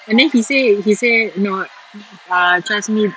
and then he say he say no uh trust me